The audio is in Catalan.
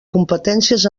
competències